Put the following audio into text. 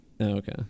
okay